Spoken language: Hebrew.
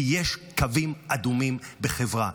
כי יש קווים אדומים בחברה,